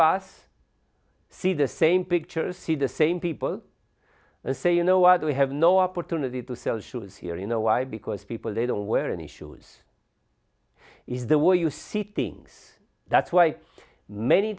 bus see the same picture see the same people and say you know what we have no opportunity to sell shoes here you know why because people they don't wear any shoes is the way you see things that's why many